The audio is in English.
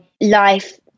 life